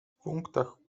punktach